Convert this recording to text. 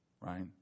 right